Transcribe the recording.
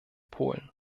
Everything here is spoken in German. polen